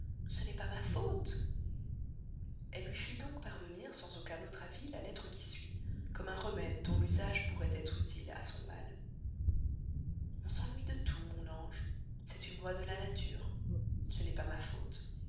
ce n'est pas ma faute elle lui fit donc parvenir sans aucun autre avis la lettre qui suit comme un remède dont l'usage pourrait être utile à son mal on s'ennuie de tout mon ange c'est une loi de la nature ce n'est pas ma faute